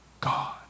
God